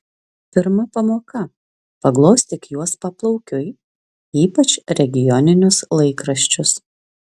pirma pamoka paglostyk juos paplaukiui ypač regioninius laikraščius